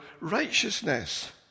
righteousness